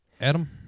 Adam